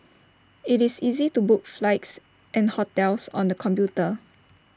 IT is easy to book flights and hotels on the computer